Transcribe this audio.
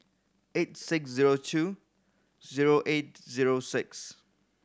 eight six zero two zero eight zero six